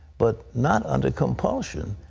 but not under compulsion.